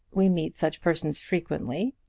we meet such persons frequently,